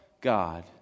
God